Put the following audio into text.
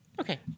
Okay